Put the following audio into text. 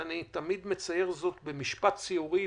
אני אומר זאת במשפט ציורי,